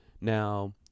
now